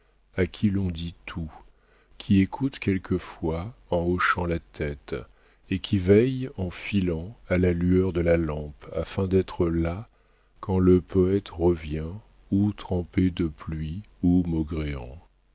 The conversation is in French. à qui l'on dit tout qui écoute quelquefois en hochant la tête et qui veille en filant à la lueur de la lampe afin d'être là quand le poëte revient ou trempé de pluie ou maugréant